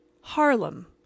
Harlem